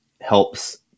helps